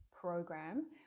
program